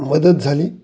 मदत झाली